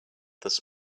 this